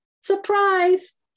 surprise